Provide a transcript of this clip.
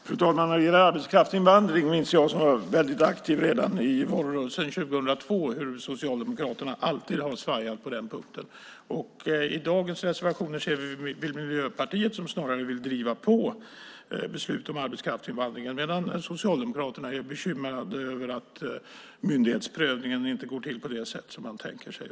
Fru talman! Jag var väldigt aktiv redan i valrörelsen 2002, och jag minns hur Socialdemokraterna alltid har svajat på den punkten. I dagens reservationer ser vi att det snarare är Miljöpartiet som vill driva på beslut om arbetskraftsinvandringen medan Socialdemokraterna är bekymrade över att myndighetsprövningen inte går till på det sätt som man tänker sig.